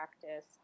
practice